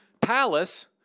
palace